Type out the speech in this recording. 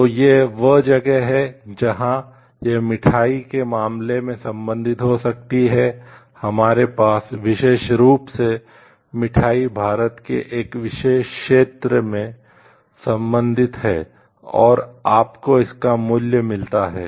तो यह वह जगह है जहां यह मिठाई के मामले में संबंधित हो सकती है हमारे पास विशेष रूप से मिठाई भारत के एक विशेष क्षेत्र से संबंधित है और आपको इसका मूल्य मिलता है